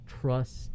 trust